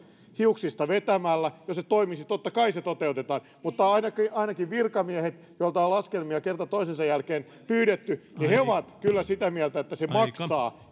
hiuksista vetämällä jos se toimisi totta kai se toteutettaisiin mutta ainakin ainakin virkamiehet joilta on laskelmia kerta toisensa jälkeen pyydetty ovat kyllä sitä mieltä että se